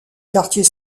quartier